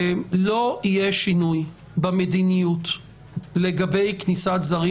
לא יהיה שינוי במדיניות לגבי כניסת זרים